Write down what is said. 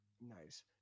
Nice